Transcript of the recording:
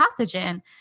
pathogen